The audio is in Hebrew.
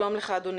שלום לך אדוני.